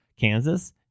Kansas